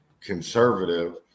conservative